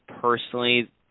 Personally